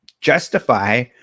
justify